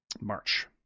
March